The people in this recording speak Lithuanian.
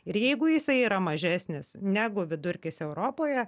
ir jeigu jisai yra mažesnis negu vidurkis europoje